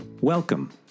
Welcome